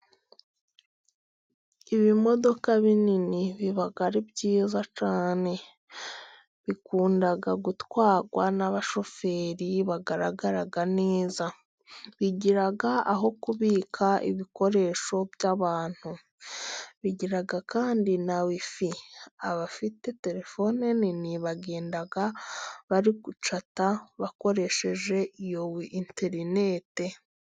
Ibimodoka binini biba ari byiza cyane, bikunda gutwarwa n'abashoferi bagaragara neza, bigira aho kubika ibikoresho by'abantu bigira kandi na Wifi, abafite telefone nini bagenda bari gucata bakoresheje iyo interineti.